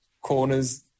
corners